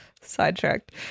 sidetracked